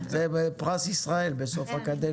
זה פרס ישראל בסוף הקדנציה.